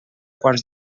quants